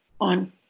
on